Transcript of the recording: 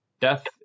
Death